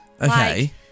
Okay